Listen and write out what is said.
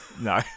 No